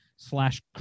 Slash